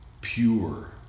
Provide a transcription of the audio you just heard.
pure